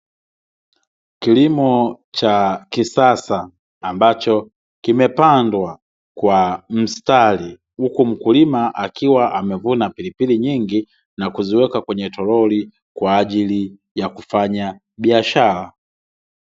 Kilimo cha kisasa ambacho kimepandwa kwa mstari, huku mkulima akiwa anavuna pilipili nyingi na kuziweka kwenye toroli, kwa ajili ya kufanya biashara.